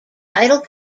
title